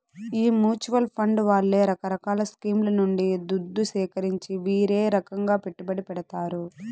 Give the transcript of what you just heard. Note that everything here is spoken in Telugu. ఈ మూచువాల్ ఫండ్ వాళ్లే రకరకాల స్కీంల నుండి దుద్దు సీకరించి వీరే రకంగా పెట్టుబడి పెడతారు